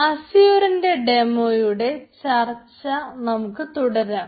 അസ്യൂറിന്റെ ഡെമ്മോയുടെ ചർച്ച നമുക്ക് തുടരാം